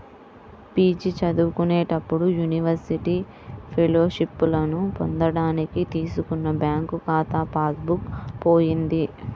PG చదువుకునేటప్పుడు university ఫెలోషిప్పులను పొందడానికి తీసుకున్న బ్యాంకు ఖాతా పాస్ బుక్ పోయింది